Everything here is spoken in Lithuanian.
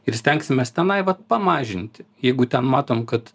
ir stengsimės tenai vat pamažinti jeigu ten matom kad